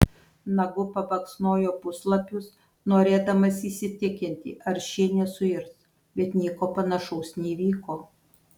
nagu pabaksnojo puslapius norėdamas įsitikinti ar šie nesuirs bet nieko panašaus neįvyko